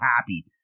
happy